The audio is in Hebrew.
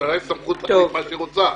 ולממשלה יש סמכות להחליט מה שהיא רוצה.